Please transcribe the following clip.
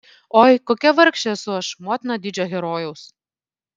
oi kokia vargšė esu aš motina didžio herojaus